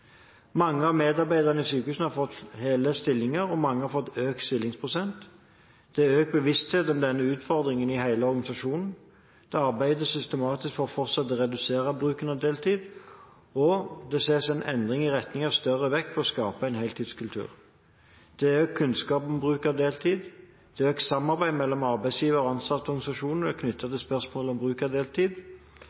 Mange av medarbeiderne i sykehusene har fått hele stillinger, og mange har fått økt stillingsprosent. Det er økt bevissthet om denne utfordringen i hele organisasjonen. Det arbeides systematisk for fortsatt å redusere bruken av deltid, og det ses en endring i retning av større vekt på å skape en heltidskultur. Det er økt kunnskap om bruk av deltid. Det er økt samarbeid mellom arbeidsgiver og ansattorganisasjonene knyttet til spørsmål om bruk av deltid.